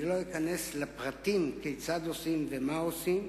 אני לא אכנס לפרטים כיצד עושים ומה עושים,